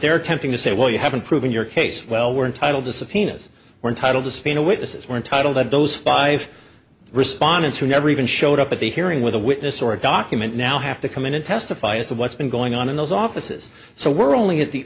they're attempting to say well you haven't proven your case well we're entitled to subpoenas were entitled to subpoena witnesses were entitled and those five respondents who never even showed up at the hearing with a witness or a document now have to come in and testify as to what's been going on in those offices so we're only at the